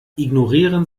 ignorieren